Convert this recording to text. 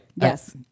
Yes